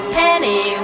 penny